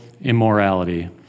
immorality